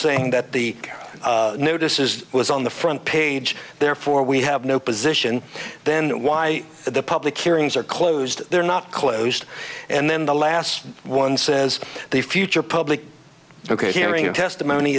saying that the notice is was on the front page therefore we have no position then why the public hearings are closed they're not closed and then the last one says the future public ok hearing the testimony